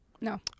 No